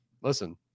listen